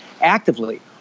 actively